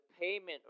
payment